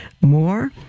more